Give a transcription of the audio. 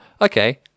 Okay